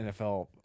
NFL